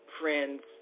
friend's